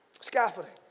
scaffolding